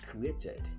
created